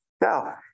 Now